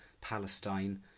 Palestine